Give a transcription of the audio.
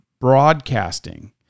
broadcasting